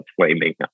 flaming